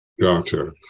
Gotcha